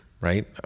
right